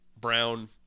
brown